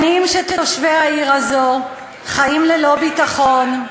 שנים תושבי העיר הזאת חיים ללא ביטחון,